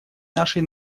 нашей